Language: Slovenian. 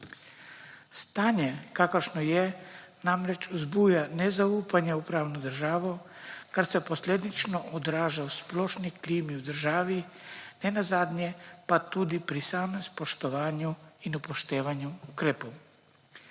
Stanje, kakršno je, namreč vzbuja nezaupanje v pravno državo, kar se posledično odraža v splošni klimi v državi, nenazadnje pa tudi pri samem spoštovanju in upoštevanju ukrepov.